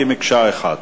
כמקשה אחת.